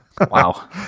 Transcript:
Wow